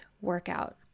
workout